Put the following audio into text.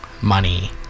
money